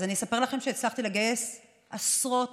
אז אני אספר לכם שהצלחתי לגייס עשרות